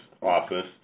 office